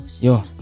Yo